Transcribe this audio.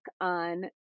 on